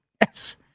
Yes